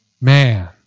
Man